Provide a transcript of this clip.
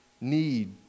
need